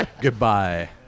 Goodbye